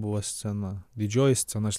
buvo scena didžioji scena aš